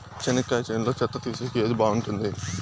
చెనక్కాయ చేనులో చెత్త తీసేకి ఏది బాగుంటుంది?